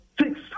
six